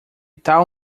tal